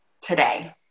today